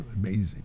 amazing